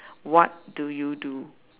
what do you do